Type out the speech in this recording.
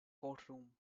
courtroom